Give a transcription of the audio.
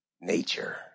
nature